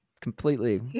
completely